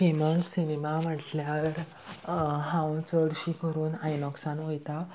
famous cinema म्हटल्यार हांव चडशी करून आयनॉक्सान वयतां